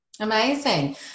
amazing